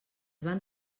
van